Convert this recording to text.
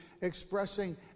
expressing